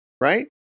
right